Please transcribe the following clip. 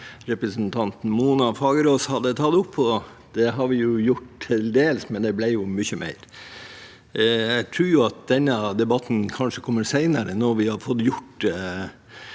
representanten Mona Fagerås hadde tatt opp. Det har vi gjort til dels, men det ble jo mye mer. Jeg tror at denne debatten kommer senere, når vi har fått gjort